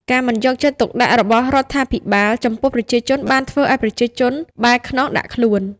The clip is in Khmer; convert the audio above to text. ការមិនយកចិត្តទុកដាក់របស់រដ្ឋាភិបាលចំពោះប្រជាជនបានធ្វើឲ្យប្រជាជនបែរខ្នងដាក់ខ្លួន។